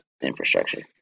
infrastructure